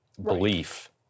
belief